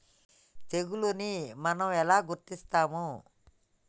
తెగులుని మనం ఎలా గుర్తిస్తాము?